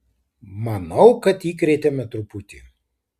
manau kad įkrėtėme truputį